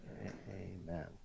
amen